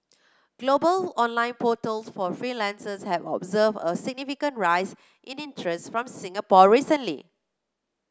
global online portals for freelancers have observed a significant rise in interest from Singapore recently